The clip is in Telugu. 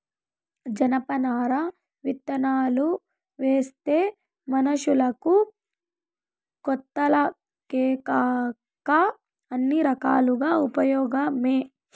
జనపనార విత్తనాలువేస్తే మనషులకు, గోతాలకేకాక అన్ని రకాలుగా ఉపయోగమే